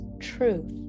truth